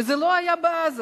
וזה לא היה בעזה,